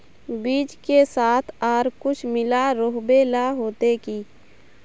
बीज के साथ आर कुछ मिला रोहबे ला होते की?